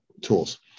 tools